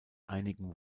einigen